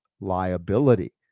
liability